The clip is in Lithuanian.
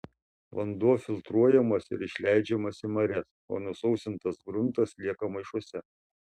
vanduo filtruojamas ir išleidžiamas į marias o nusausintas gruntas lieka maišuose